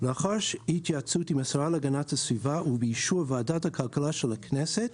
לאחר התייעצות עם השרה להגנת הסביבה ובאישור ועדת הכלכלה של הכנסת,